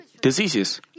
diseases